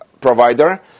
provider